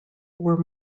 were